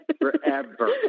Forever